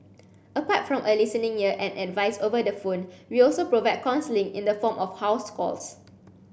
apart from a listening year and advice over the phone we also provide counselling in the form of house calls